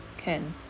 can